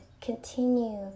continue